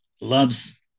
loves